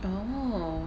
oo